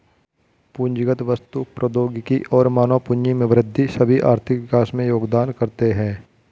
पूंजीगत वस्तु, प्रौद्योगिकी और मानव पूंजी में वृद्धि सभी आर्थिक विकास में योगदान करते है